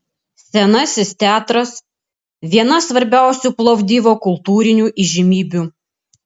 senasis teatras viena svarbiausių plovdivo kultūrinių įžymybių